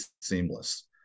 seamless